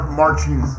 marching